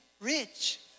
rich